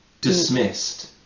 dismissed